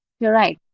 you're right.